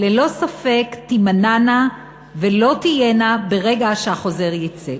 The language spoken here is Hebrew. ללא ספק תימנענה ולא תהיינה ברגע שהחוזר יצא.